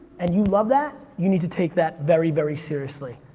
and you love that, you need to take that very, very seriously.